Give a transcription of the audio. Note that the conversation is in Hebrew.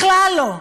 בכלל לא.